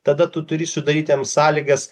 tada tu turi sudaryti jam sąlygas